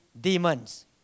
demons